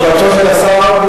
בדם ורוח' תגובתו של השר ברורה.